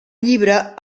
llibre